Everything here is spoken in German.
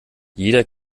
jeder